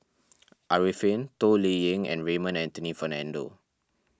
Arifin Toh Liying and Raymond Anthony Fernando